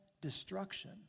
destruction